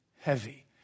heavy